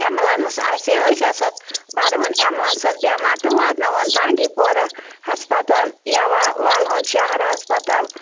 ambulance آسہِ ہے أسۍ ہسا بَرٕہون اٮ۪ملَنسَس بٮ۪مار تہٕ واتناوون بانٛڈی پورہ ہسپَتال یا والہون شَہر ہسپَتال